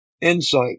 Insight